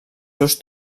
seus